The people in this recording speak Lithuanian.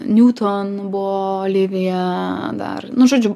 niuton buvo olivija dar nu žodžiu